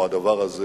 או: הדבר הזה